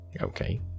Okay